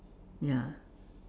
ya